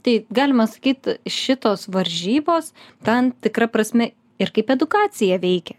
manau tai galima sakyt šitos varžybos tam tikra prasme ir kaip edukacija veikia